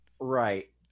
Right